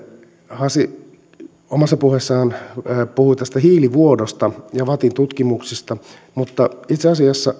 hassi omassa puheessaan puhui hiilivuodosta ja vattin tutkimuksista mutta itse asiassa